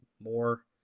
more